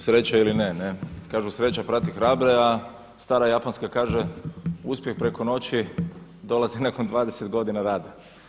sreća ili ne, kažu sreća prati hrabre a stara japanska kaže uspjeh preko noći dolazi nakon 20 godina rada.